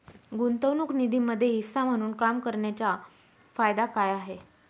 गुंतवणूक निधीमध्ये हिस्सा म्हणून काम करण्याच्या फायदा काय आहे?